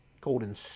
Golden